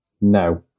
No